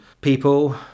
people